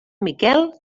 miquel